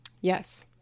yes